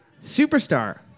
superstar